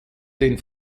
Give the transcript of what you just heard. den